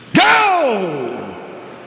Go